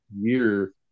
year